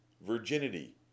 virginity